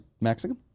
Mexican